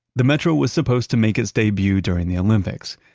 the metro was supposed to make its debut during the olympics,